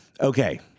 Okay